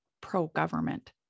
pro-government